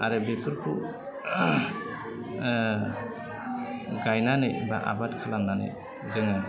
आरो बेफोरखौ गायनानै बा आबाद खालामनानै जोङो